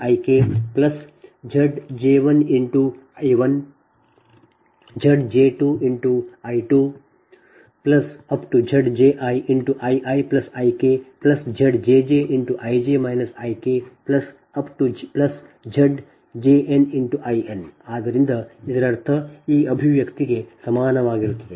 Z1iI1Zi2I2ZiiIiIkZijIj IkZinInZbIkZj1I1Zj2I2ZjiIiIkZjjIj IkZjnIn ಆದ್ದರಿಂದ ಇದರರ್ಥ ಈ ಅಭಿವ್ಯಕ್ತಿಗೆ ಸಮಾನವಾಗಿರುತ್ತದೆ